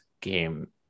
game